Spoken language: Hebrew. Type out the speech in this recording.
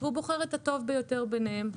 ובוחר את הטוב ביותר ביניהם.